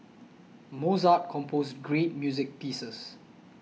Mozart composed great music pieces